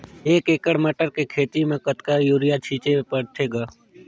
एक एकड़ मटर के खेती म कतका युरिया छीचे पढ़थे ग?